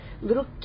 little